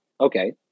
Okay